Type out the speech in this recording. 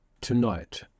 Tonight